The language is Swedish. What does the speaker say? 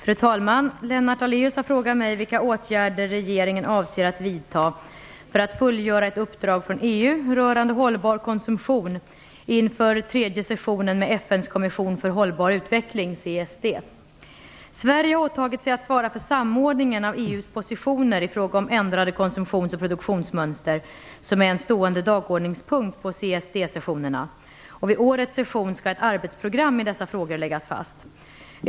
Fru talman! Lennart Daléus har frågat mig vilka åtgärder regeringen avser att vidta för att fullgöra ett uppdrag från EU rörande hållbar konsumtion inför tredje sessionen med FN:s kommission för hållbar utveckling . Sverige har åtagit sig att svara för samordningen av EU:s positioner i fråga om ändrade konsumtionsoch produktionsmönster, som är en stående dagordningspunkt på CSD-sessionerna. Vid årets session skall ett arbetsprogram i dessa frågor läggas fast.